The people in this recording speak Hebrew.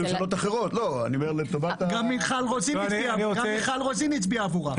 גם מיכל רוזין הצביעה עבורה.